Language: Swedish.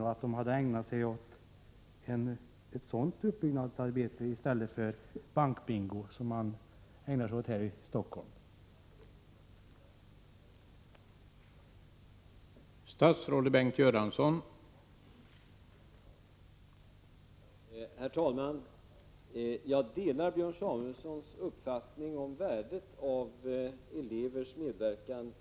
Skolorna hade då kunnat ägna sig åt ett uppbyggnadsarbete enligt arbetsmiljölagen, i stället för den bank-bingo som man i Stockholm ägnar sig åt.